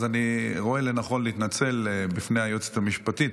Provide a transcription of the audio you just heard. אז אני רואה לנכון להתנצל בפני היועצת המשפטית.